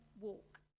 walk